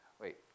Wait